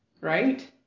Right